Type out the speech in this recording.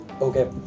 okay